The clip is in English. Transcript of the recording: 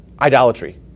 idolatry